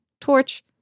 torch